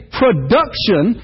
production